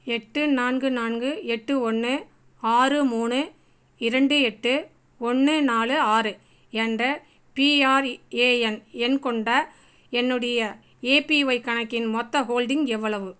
எட்டு நான்கு நான்கு எட்டு ஒன்று ஆறு மூணு இரண்டு எட்டு ஒன்று நாலு ஆறு என்ற பிஆர்ஏஎன் எண் கொண்ட என்னுடைய ஏபிஒய் கணக்கின் மொத்த ஹோல்டிங் எவ்வளவு